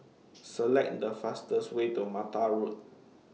Select The fastest Way to Mattar Road